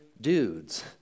dudes